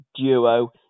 duo